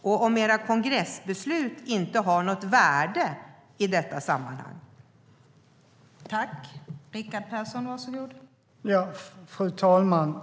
Och har deras kongressbeslut inte något värde i detta sammanhang?